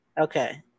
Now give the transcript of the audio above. Okay